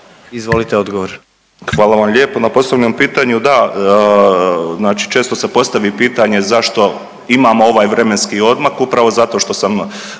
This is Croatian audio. Mario (HDZ)** Hvala vam lijepo na postavljenom pitanju. Da, znači često se postavi pitanje zašto imamo ovaj vremenski odmak, upravo zato što sam